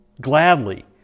gladly